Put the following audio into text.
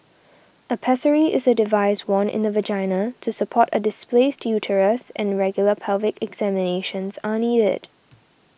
a pessary is a device worn in the vagina to support a displaced uterus and regular pelvic examinations are needed